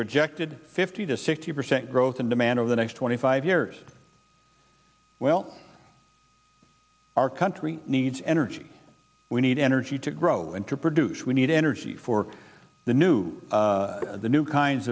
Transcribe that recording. projected fifty to sixty percent growth in demand over the next twenty five years well our country needs energy we need energy to grow and to produce we need energy for the new the new kinds